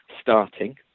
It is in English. starting